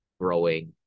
growing